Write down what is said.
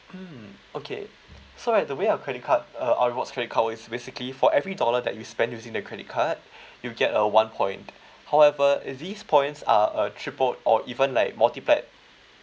mm okay so right the way our credit card uh our rewards credit card work is basically for every dollar that you spent using the credit card you get uh one point however if these points are uh triple or even like multiply